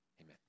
amen